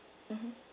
mmhmm